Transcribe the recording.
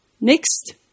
Next